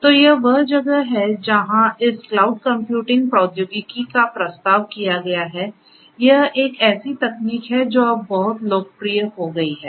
तो यह वह जगह है जहां इस क्लाउड कंप्यूटिंग प्रौद्योगिकी का प्रस्ताव किया गया है यह एक ऐसी तकनीक है जो अब बहुत लोकप्रिय हो गई है